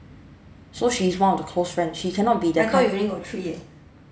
so she is one of the close friend she cannot be the kind